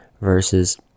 versus